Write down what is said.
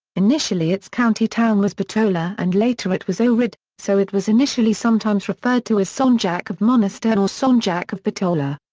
initially its county town was bitola and later it was ohrid, so it was initially sometimes referred to as sanjak of monastir or sanjak of of bitola.